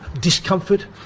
discomfort